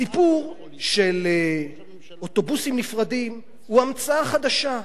הסיפור של אוטובוסים נפרדים הוא המצאה חדשה.